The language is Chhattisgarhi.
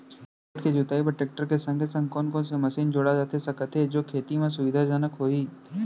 खेत के जुताई बर टेकटर के संगे संग कोन कोन से मशीन जोड़ा जाथे सकत हे जो खेती म सुविधाजनक होही?